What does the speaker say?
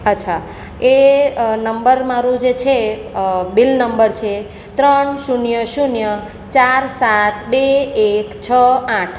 અચ્છા એ નંબર છે મારું જે છે એ બિલ નંબર છે ત્રણ શૂન્ય શૂન્ય ચાર સાત બે એક છ આઠ